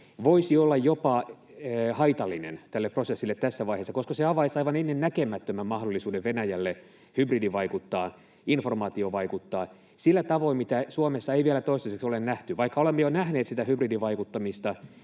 voisi olla jopa haitallinen tälle prosessille tässä vaiheessa, koska se avaisi aivan ennennäkemättömän mahdollisuuden Venäjälle hybridivaikuttaa, informaatiovaikuttaa sillä tavoin, mitä Suomessa ei vielä toistaiseksi ole nähty. Vaikka olemme jo nähneet sitä hybridivaikuttamista,